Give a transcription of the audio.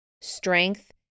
strength